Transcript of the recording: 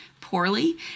poorly